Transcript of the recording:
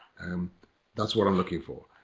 um that's what i'm looking for.